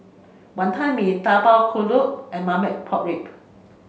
Wantan Mee Tapak Kuda and Marmite Pork Rib